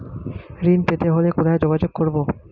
ঋণ পেতে হলে কোথায় যোগাযোগ করব?